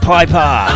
Piper